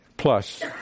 Plus